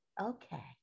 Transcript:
Okay